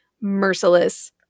merciless